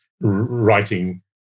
writing